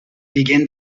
begin